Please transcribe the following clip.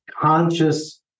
conscious